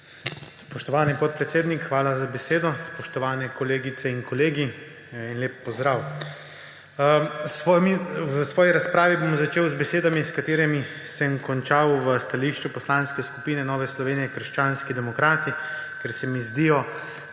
Spoštovani podpredsednik, hvala za besedo. Spoštovani kolegice in kolegi, lep pozdrav! V svoji razpravi bom začel z besedami, s katerimi sem končal v stališču Poslanske skupine Nova Slovenija – krščanski demokrati, ker se mi zdijo